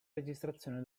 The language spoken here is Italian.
registrazione